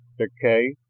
deklay,